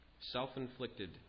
self-inflicted